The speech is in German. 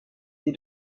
sie